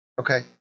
Okay